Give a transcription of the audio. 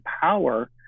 power